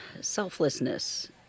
Selflessness